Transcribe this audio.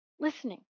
listening